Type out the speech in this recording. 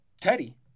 Teddy